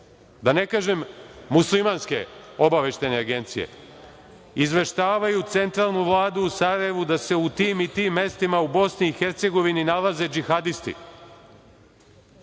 da ne kažem muslimanske obaveštajne agencije izveštavaju centralnu vladu u Sarajevu da se u tim i tim mestima u Bosni i Hercegovini nalaze džihadisti.